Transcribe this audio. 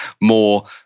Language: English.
more